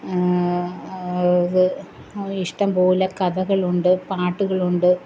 ഇത് ഇഷ്ടംപോലെ കഥകളുണ്ട് പാട്ടുകളുണ്ട്